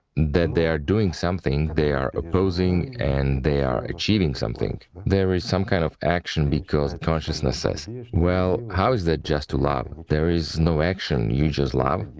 that they are doing something, they are opposing and they are achieving something, there is some kind of action, because the consciousness says well, how is that, just to love? there is no action, you just love,